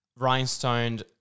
rhinestoned